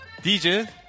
DJ